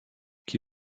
qui